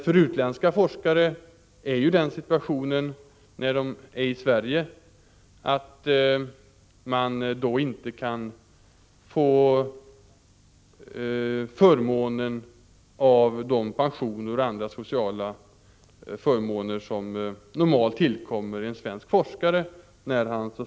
För utländska forskare i Sverige är situationen den att de inte kan få förmånen av pension och andra sociala förmåner som normalt tillkommer svenska forskare.